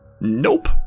Nope